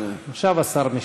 חבר הכנסת פריג',